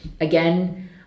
again